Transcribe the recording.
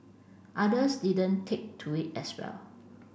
others didn't take to it as well